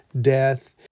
death